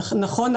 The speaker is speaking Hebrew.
נכון,